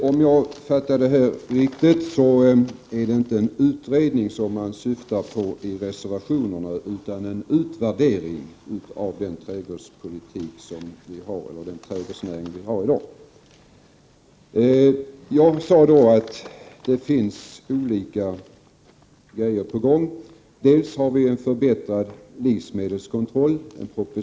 Herr talman! Om jag fattat riktigt så är det inte en utredning som man syftar till i reservationerna utan en utvärdering av den trädgårdsnäring vi har i dag. Jag sade att det finns olika saker på gång. Vi har en proposition om förbättrad livsmedelskontroll.